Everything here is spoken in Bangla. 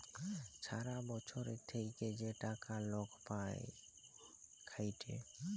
ছারা বচ্ছর ধ্যইরে যে টাকা লক পায় খ্যাইটে